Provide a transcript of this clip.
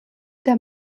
der